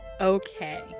Okay